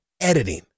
editing